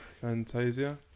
fantasia